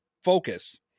Focus